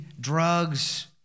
drugs